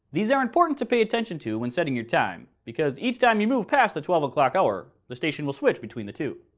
these are important to pay attention to when setting your time. because each time you move past the twelve o clock hour the station will switch between the two.